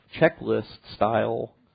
checklist-style